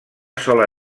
sola